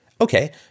Okay